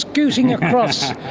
scooting across,